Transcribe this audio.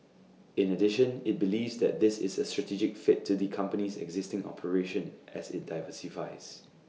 in addition IT believes that this is A strategic fit to the company's existing operation as IT diversifies